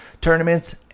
Tournaments